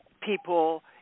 people